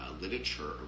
literature